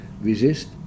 resist